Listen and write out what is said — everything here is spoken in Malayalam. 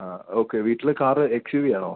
ആ ഓക്കെ വീട്ടിൽ കാറ് എക്സ് യൂ വിയാണോ